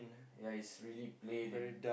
yeah it's really plain and